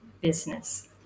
business